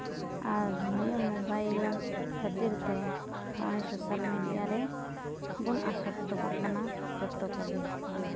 ᱟᱨ ᱱᱤᱭᱟᱹ ᱢᱳᱵᱟᱭᱤᱞ ᱠᱷᱟᱹᱛᱤᱨ ᱛᱮ ᱱᱚᱜᱼᱚᱭ ᱥᱳᱥᱟᱞ ᱢᱤᱰᱤᱭᱟ ᱨᱮᱵᱚᱱ ᱟᱥᱚᱠᱛᱚ ᱠᱚᱜ ᱠᱟᱱᱟ ᱡᱚᱛᱚ ᱠᱚᱜᱮ